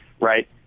right